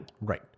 Right